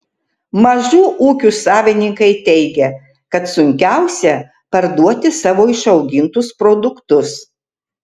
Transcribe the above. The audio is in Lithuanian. mažų ūkių savininkai teigia kad sunkiausia parduoti savo išaugintus produktus